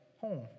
home